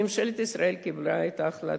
ממשלת ישראל קיבלה את ההחלטה,